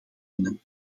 dienen